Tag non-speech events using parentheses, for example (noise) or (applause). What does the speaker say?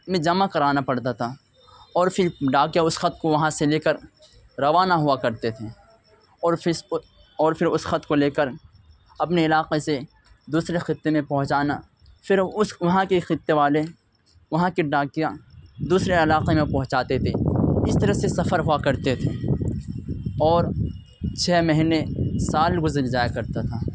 میں جمع کرانا پڑتا تھا اور پھر ڈاکیہ اس خط کو وہاں سے لے کر روانہ ہوا کرتے تھے اور (unintelligible) اور پھر اس خط کو لے کر اپنے علاقے سے دوسرے خطے میں پہنچانا پھر اس وہاں کے خطے والے وہاں کے ڈاکیہ دوسرے علاقے میں پہنچاتے تھے اس طرح سے سفر ہوا کرتے تھے اور چھ مہینے سال گزر جایا کرتا تھا